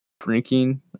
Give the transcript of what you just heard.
drinking